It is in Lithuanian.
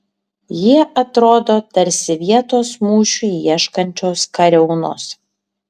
jie atrodo tarsi vietos mūšiui ieškančios kariaunos